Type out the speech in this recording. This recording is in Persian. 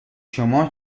شما